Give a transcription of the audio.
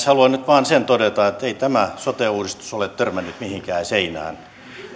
haluan nyt todeta vain sen ettei tämä sote uudistus ole törmännyt mihinkään seinään